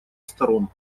сторон